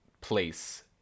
place